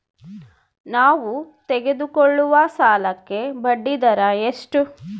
ನಾವು ತೆಗೆದುಕೊಳ್ಳುವ ಸಾಲಕ್ಕೆ ಬಡ್ಡಿದರ ಎಷ್ಟು?